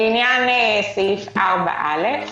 לעניין סעיף 4 (א)